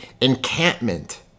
encampment